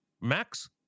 Max